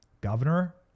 Governor